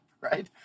Right